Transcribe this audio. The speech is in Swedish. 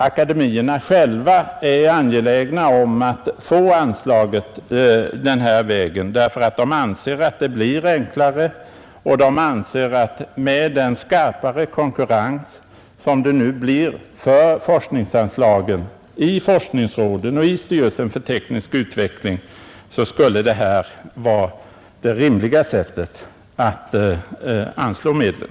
Akademierna själva är angelägna om att få anslaget denna väg, därför att de anser att det blir enklare. De menar att med den hårdare konkurrens som man nu får vidkännas när det gäller anslagen i forskningsråden och i styrelsen för teknisk utveckling skulle det vara lämpligaste sättet att anslå medlen.